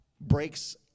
breaks